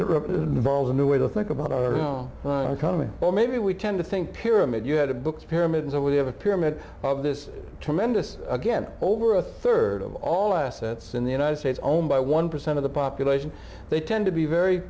a new way to think about our economy or maybe we tend to think pyramid you had a book pyramid so we have a pyramid of this tremendous again over a third of all assets in the united states owned by one percent of the population they tend to be very